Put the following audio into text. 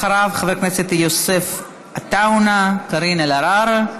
אחריו, חבר הכנסת יוסף עטאונה, קארין אלהרר,